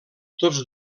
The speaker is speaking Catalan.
tots